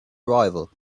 arrival